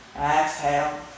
exhale